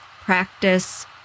practice